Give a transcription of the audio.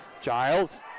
giles